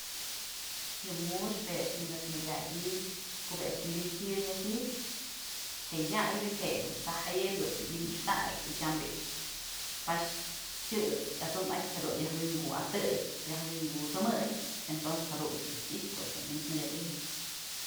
Yë mu'ux jue a'ax nyëmëd mëdyakyë ko'o bi'i a'ax nyëwyn jëyënyaxi'i je'e yaybë jedun t'saj jëyëbyë dunt's bi'i wi'in ëxtakyë y tyam bi'i pax tyët's at'sëmatyë jadun jëj wi'inkuwa'atëy yaj wi'in kut'sëmëy entonces jadun ëch dun i'ixë ko'o a'ax dun nyëmët mëdyakyë.